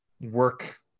work